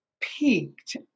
peaked